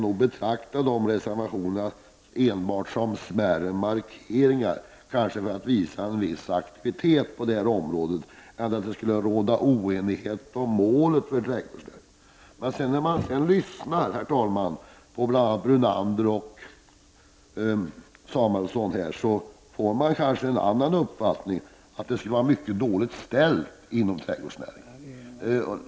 Men jag betraktar nog reservationerna enbart som smärre markeringar, kanske för att man vill visa på en viss aktivitet på det här området. Jag tror alltså mindre på att det skulle råda oenighet om målet för trädgårdsnäringen. Men när man lyssnar på bl.a. Lennart Brunander och Marianne Samuelsson får man lätt en annan uppfattning, nämligen att det skulle vara mycket dåligt ställt inom trädgårdsnäringen.